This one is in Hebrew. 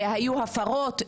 היו הפרות,